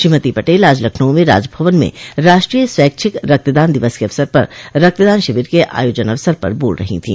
श्रीमती पटेल आज लखनऊ में राजभवन में राष्ट्रीय स्वैच्छिक रक्तदान दिवस के अवसर पर रक्तदान शिविर के आयोजन अवसर पर बोल रही थी